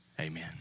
amen